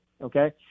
okay